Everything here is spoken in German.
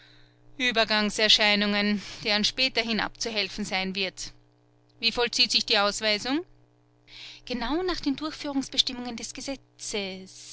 uebergangserscheinungen denen späterhin abzuhelfen sein wird wie vollzieht sich die ausweisung genau nach den durchführungsbestimmungen des gesetzes